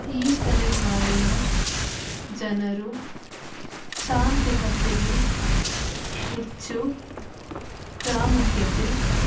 ಈ ತಲೆಮಾರಿನ ಜನರು ತಾಂತ್ರಿಕತೆಗೆ ಹೆಚ್ಚು ಪ್ರಾಮುಖ್ಯತೆ